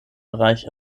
bereich